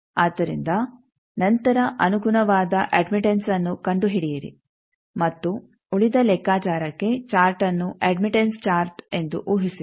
ಆದ್ದರಿಂದ ನಂತರ ಅನುಗುಣವಾದ ಅಡ್ಮಿಟೆಂಸ್ಅನ್ನು ಕಂಡುಹಿಡಿಯಿರಿ ಮತ್ತು ಉಳಿದ ಲೆಕ್ಕಾಚಾರಕ್ಕೆ ಚಾರ್ಟ್ಅನ್ನು ಅಡ್ಮಿಟೆಂಸ್ ಚಾರ್ಟ್ ಎಂದು ಊಹಿಸಿರಿ